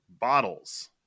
bottles